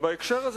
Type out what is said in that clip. בהקשר הזה,